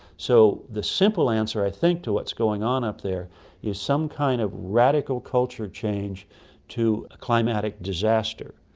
so the simple answer i think to what's going on up there is some kind of radical culture change to a climatic disaster.